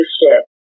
leadership